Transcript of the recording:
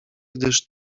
gdyż